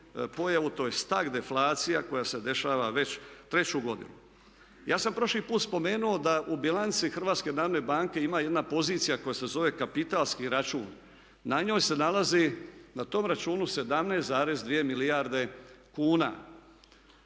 pojavu to je stag-deflacija koja se dešava već treću godinu. Ja sam prošli put spomenuo da u bilanci HNB-a ima jedna pozicija koja se zove kapitalski račun. Na njoj se nalazi, na tom računu, 17,2 milijarde kuna.